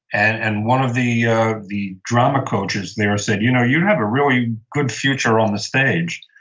and and one of the ah the drama coaches there said, you know, you have a really good future on the stage.